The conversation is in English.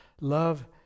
Love